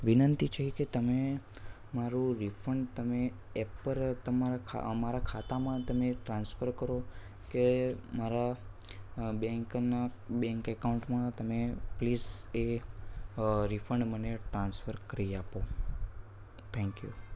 વિનંતી છે કે તમે મારૂં રિફંડ તમે એપ પર તમારા અમારા ખાતામાં તમે ટ્રાન્સફર કરો કે મારા બેંકનાં બેન્ક એકાઉન્ટમાં તમે પ્લીસ એ રિફંડ મને ટ્રાન્સફર કરી આપો થેન્ક યુ